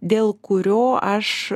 dėl kurio aš